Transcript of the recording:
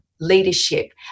leadership